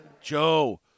Joe